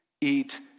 eat